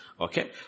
Okay